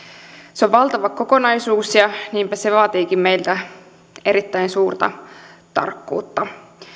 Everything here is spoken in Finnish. se on valtava kokonaisuus ja niinpä se vaatiikin meiltä erittäin suurta tarkkuutta